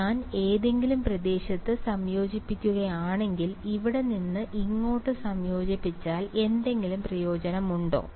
ഞാൻ ഏതെങ്കിലും പ്രദേശത്ത് സംയോജിപ്പിക്കുകയാണെങ്കിൽ ഇവിടെ നിന്ന് ഇങ്ങോട്ട് സംയോജിപ്പിച്ചാൽ എന്തെങ്കിലും പ്രയോജനമുണ്ടോ